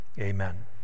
Amen